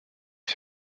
les